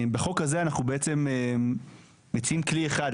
בחוק הזה אנחנו בעצם מציעים כלי אחד,